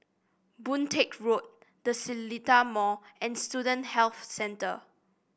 Boon Teck Road The Seletar Mall and Student Health Centre